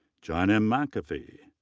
john m. mcafee.